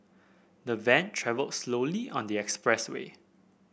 the van travelled slowly on the expressway